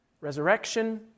resurrection